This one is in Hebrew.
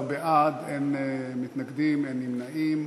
16 בעד, אין מתנגדים, אין נמנעים.